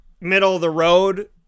middle-of-the-road